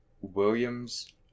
Williams